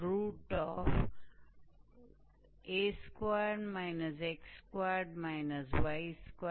zx 2x2a2 x2 y2